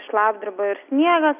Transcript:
šlapdriba ir sniegas